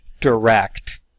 direct